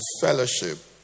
fellowship